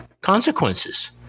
consequences